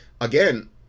again